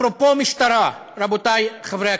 אפרופו משטרה, רבותי חברי הכנסת,